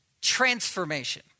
transformation